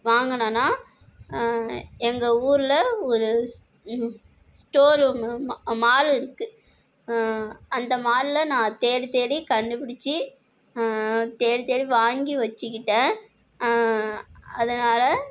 வாங்கிணன்னா எங்கள் ஊரில் ஒரு ஸ்டோர் ரூமு மாலிருக்கு அந்த மாலில் நான் தேடி தேடி கண்டுபிடிச்சி தேடி தேடி வாங்கி வச்சுக்கிட்டேன் அதனால்